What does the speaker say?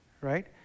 right